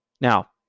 now